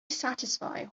satisfying